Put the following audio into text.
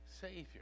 Savior